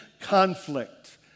conflict